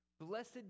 Blessed